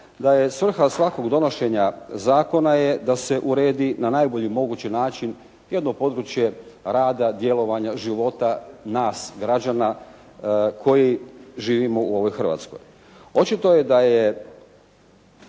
da je svrha svakog donošenja zakona da se uredi na najbolji mogući način jedno područje rada, djelovanja života nas građana koji živimo u ovoj Hrvatskoj. Očito je da je